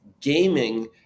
gaming